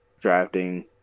drafting